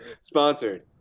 sponsored